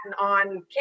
on